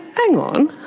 hang on,